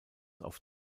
auf